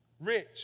Rich